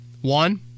One